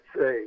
say